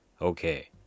Okay